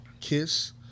Kiss